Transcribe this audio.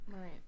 Right